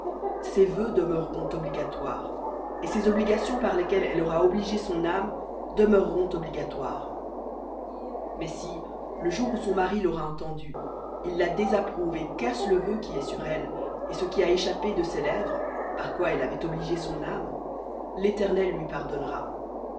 ses vœux demeureront obligatoires et ses obligations par lesquelles elle aura obligé son âme demeureront obligatoires mais si le jour où son mari l'aura entendu il la désapprouve et casse le vœu qui est sur elle et ce qui a échappé de ses lèvres par quoi elle avait obligé son âme l'éternel lui pardonnera